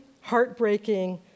heartbreaking